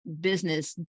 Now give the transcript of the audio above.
business